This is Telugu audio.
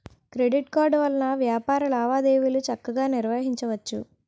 క్రెడిట్ కార్డు వలన వ్యాపార లావాదేవీలు చక్కగా నిర్వహించవచ్చు